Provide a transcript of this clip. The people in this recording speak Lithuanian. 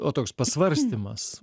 o toks pasvarstymas